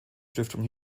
stiftung